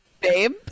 Babe